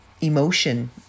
emotion